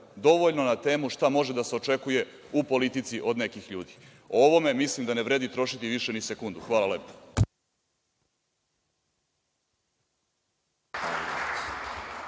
dovoljno na temu šta može da se očekuje u politici od nekih ljudi. O ovome mislim da ne vredi trošiti više ni sekundu. Hvala lepo.